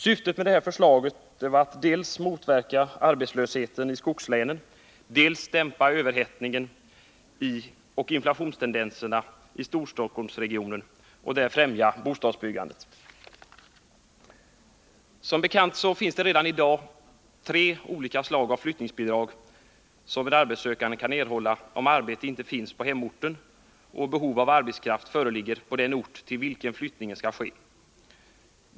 Syftet med förslaget var att dels motverka arbetslösheten i skogslänen, dels dämpa överhettningsoch inflationstendenserna i Storstockholmsregionen och där främja bostadsbyggandet. Som bekant finns redan i dag tre olika slag av flyttningsbidrag som en arbetssökande kan erhålla om arbete inte finns på hemorten och behov av arbetskraft föreligger på den ort till vilken flyttningen skall ske.